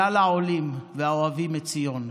כלל העולים והאוהבים את ציון,